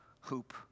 hoop